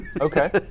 Okay